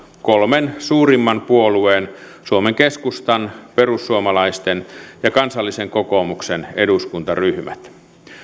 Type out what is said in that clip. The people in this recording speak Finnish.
kolmen suurimman puolueen suomen keskustan perussuomalaisten ja kansallisen kokoomuksen eduskuntaryhmät